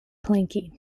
planking